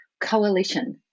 Coalition